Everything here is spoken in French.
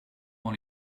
dans